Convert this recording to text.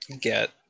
get